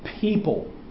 people